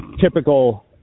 typical